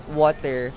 water